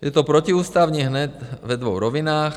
Je to protiústavní hned ve dvou rovinách.